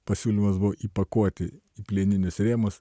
pasiūlymas buvo įpakuoti į plieninius rėmus